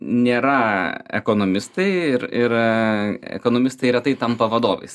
nėra ekonomistai ir ir a ekonomistai retai tampa vadovais